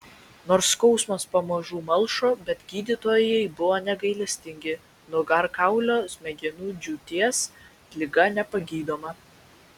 nors skausmas pamažu malšo bet gydytojai buvo negailestingi nugarkaulio smegenų džiūties liga nepagydoma